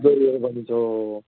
यो यो गरिन्छ हो हो